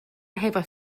efo